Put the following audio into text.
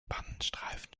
pannenstreifen